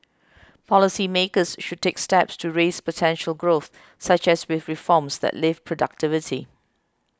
policy makers should take steps to raise potential growth such as with reforms that lift productivity